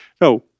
No